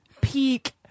peak